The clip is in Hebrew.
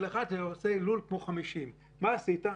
אחד שעושה לול כמו של 50. מה עשית?